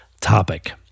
topic